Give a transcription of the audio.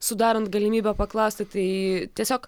sudarant galimybę paklausti tai tiesiog